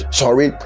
sorry